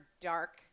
dark